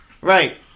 right